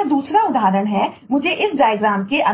यह दूसरा उदाहरण है मुझे इस डायग्राम है